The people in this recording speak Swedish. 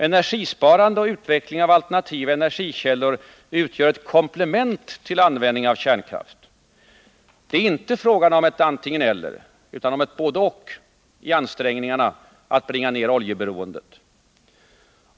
Energisparande och utveckling av alternativa energikällor utgör ett komplement till användning av kärnkraft. Det är inte fråga om ett antingen-eller utan om ett både-och i våra ansträngningar att bringa ned oljeberoendet.